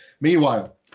Meanwhile